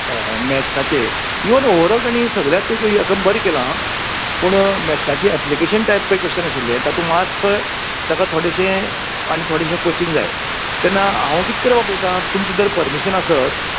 हां मेथ्साचें even overall तेणी सगलेच हेका बरें केला हां पूण मेथसाचें एप्लिकेशन टायप पय क्वेश्चन आशिल्ले तातूंत मात्सो तेका थोडेशें आनी थोडेशें काॅचिंग जाय तेन्ना हांव कितें करपाक पळयतां तुमचें जर पर्मिशन आसत